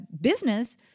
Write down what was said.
business